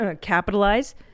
capitalize